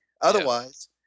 Otherwise